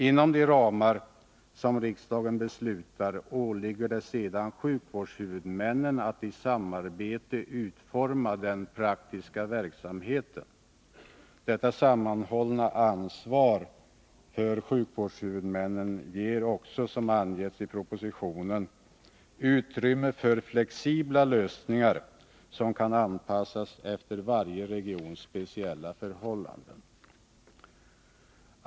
Inom de ramar som riksdagen beslutar åligger det sedan sjukvårdshuvudmännen att i samarbete utforma den praktiska verksamheten. Detta sammanhållna ansvar ger också, som angetts i propositionen, utrymme för flexibla lösningar, som kan anpassas efter varje regions speciella förhållanden.